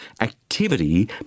activity